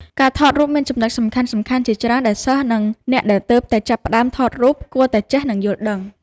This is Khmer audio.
ការថតរូបមានចំណុចសំខាន់ៗ ជាច្រើនដែលសិស្ស និងអ្នកដែលទើបតែចាប់ផ្ដើមថតរូបគួរតែចេះ និងយល់ដឹង។